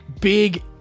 big